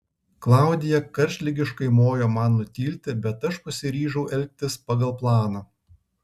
klaudija karštligiškai mojo man nutilti bet aš pasiryžau elgtis pagal planą